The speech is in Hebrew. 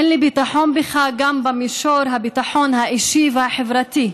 אין לי ביטחון בך גם במישור הביטחון האישי והחברתי,